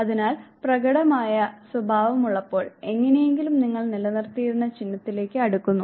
അതിനാൽ പ്രകടമായ സ്വഭാവം ഇപ്പോൾ എങ്ങനെയെങ്കിലും നിങ്ങൾ നിലനിർത്തിയിരുന്ന ചിഹ്നത്തിലേക്ക് അടുക്കുന്നു